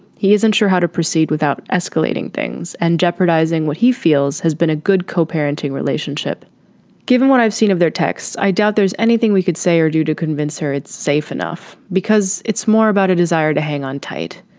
he isn't sure how to proceed without escalating things and jeopardizing what he feels has been a good co-parenting relationship given what i've seen of their texts, i doubt there's anything we could say or do to convince her it's safe enough because it's more about a desire to hang on tight.